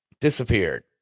Disappeared